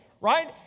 right